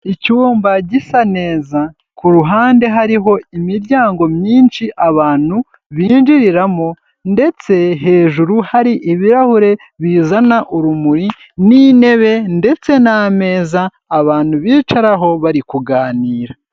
Icyumba gisa neza ku ruhande hariho imiryango myinshi abantu binjiriramo ndetse hejuru hari ibirahure bizana urumuri n'intebe ndetse n'ameza abantu bicaraho bari kuganira.